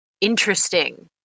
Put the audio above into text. interesting